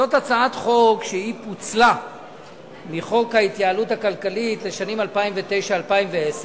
זאת הצעת חוק שפוצלה מחוק ההתייעלות הכלכלית לשנים 2009 2010,